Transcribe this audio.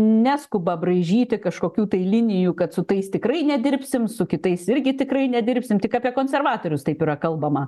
neskuba braižyti kažkokių tai linijų kad su tais tikrai nedirbsim su kitais irgi tikrai nedirbsim tik apie konservatorius taip yra kalbama